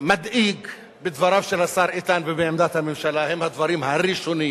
המדאיג בדבריו של השר איתן ובעמדת הממשלה זה הדברים הראשונים,